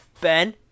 Ben